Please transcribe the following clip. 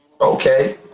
Okay